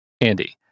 Andy